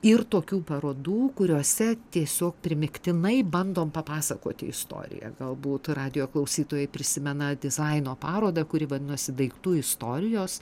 ir tokių parodų kuriose tiesiog primygtinai bandom papasakoti istoriją galbūt radijo klausytojai prisimena dizaino parodą kuri vadinosi daiktų istorijos